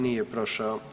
Nije prošao.